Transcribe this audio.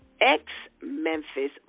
ex-Memphis